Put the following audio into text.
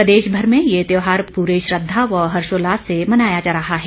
प्रदेशभर में यह त्योहार पूरे श्रद्दा व हर्षोल्लास से मनाया जा रहा है